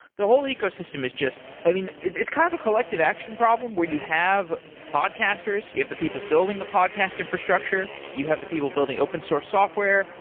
the whole ecosystem is just i mean, it is kind of a collective action problem where you have podcasters. you have the people building the podcast infrastructure. you have the people building open source software.